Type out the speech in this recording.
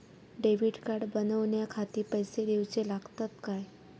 Debit card बनवण्याखाती पैसे दिऊचे लागतात काय?